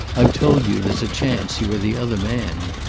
i've told you there's a chance you are the other man.